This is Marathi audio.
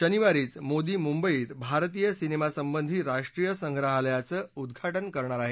शनिवारीच मोदी मुंबईत भारतीय सिनेमासंबंधी राष्ट्रीय संग्रहालयाचं उद्घाटन करणार आहेत